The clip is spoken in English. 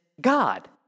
God